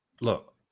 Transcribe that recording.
look